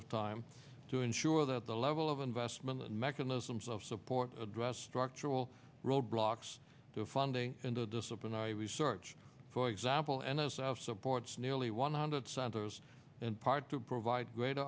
of time to ensure that the level of investment the mechanisms of support address structural roadblocks the funding into disciplinary research for example and as of supports nearly one hundred centers in part to provide gr